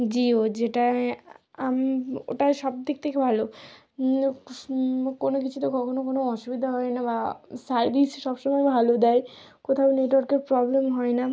জিও যেটায় আমি ওটা সব দিক থেকে ভালো কোনো কিছুতে কখনো কোনো অসুবিদা হয় না বা সার্ভিস সব সময় ভালো দেয় কোথাও নেটওয়ার্কের প্রবলেম হয় না